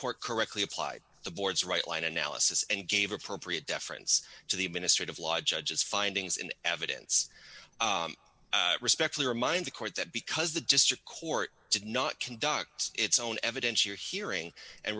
court correctly applied the board's right line analysis and gave appropriate deference to the administrative law judges findings in evidence respectfully remind the court that because the district court did not conduct its own evidence your hearing and